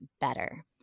better